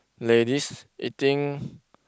ladies eating